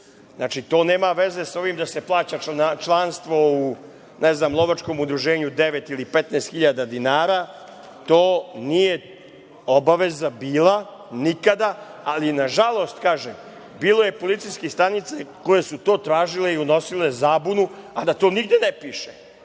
Znači, to nema veze sa ovim da se plaća članstvo u, ne znam lovačkom udruženju devet ili 15 hiljada dinara to nije obaveza bila nikada, ali na žalost, kažem bilo je policijskih stanica koje su to tražile i unosile zabunu, a da to nigde ne piše.